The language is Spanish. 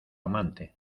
amante